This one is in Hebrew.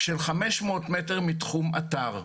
על 500 מטר מתחום האתר.